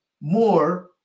more